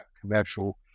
commercial